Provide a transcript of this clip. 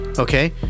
Okay